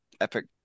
epic